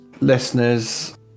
listeners